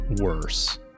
worse